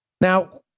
Now